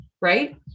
right